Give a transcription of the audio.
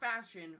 fashion